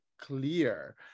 clear